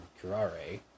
Curare